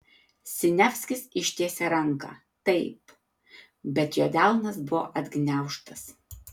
siniavskis ištiesė ranką taip bet jo delnas buvo atgniaužtas